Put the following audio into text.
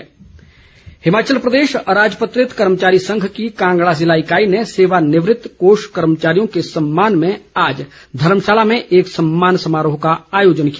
समारोह हिमाचल प्रदेश अराजपत्रित कर्मचारी संघ की कांगड़ा जिला इकाई ने सेवानिवृत कोष कर्मचारियों के सम्मान में आज धर्मशाला में एक समारोह का आयोजन किया